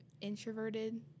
introverted